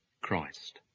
Christ